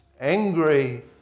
angry